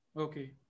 Okay